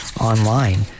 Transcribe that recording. online